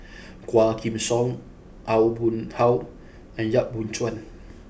Quah Kim Song Aw Boon Haw and Yap Boon Chuan